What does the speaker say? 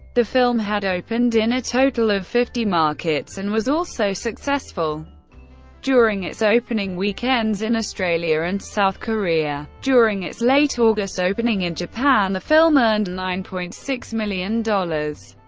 the film had opened in a total of fifty markets, and was also successful during its opening weekends in australia and south korea. during its late august opening in japan, the film earned nine point six million dollars.